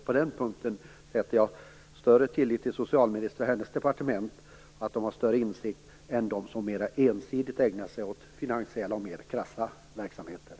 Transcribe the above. På den punkten sätter jag större tillit till socialministern och hennes departement, att de har större insikt, än till dem som mera ensidigt ägnar sig åt finansiella och mer krassa verksamheter.